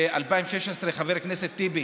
ב-2016, חבר הכנסת טיבי,